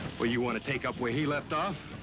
well, you want to take up where he left off?